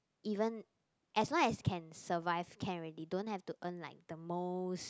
even as long as can survive can already don't have to earn like the most